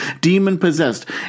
demon-possessed